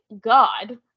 God